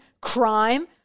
crime